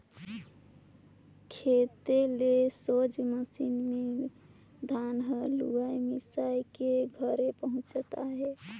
खेते ले सोझ मसीन मे धान हर लुवाए मिसाए के घरे पहुचत अहे